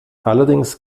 allerdings